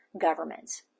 governments